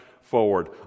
forward